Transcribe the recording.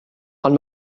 ond